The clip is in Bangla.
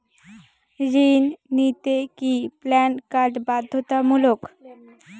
ঋণ নিতে কি প্যান কার্ড বাধ্যতামূলক?